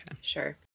Sure